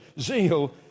Zeal